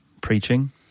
preaching